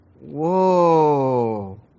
Whoa